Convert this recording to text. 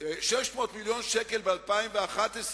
600 מיליון שקל ב-2011,